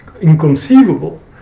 inconceivable